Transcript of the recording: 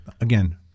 Again